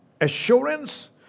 assurance